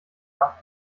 nach